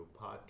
podcast